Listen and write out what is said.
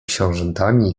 książętami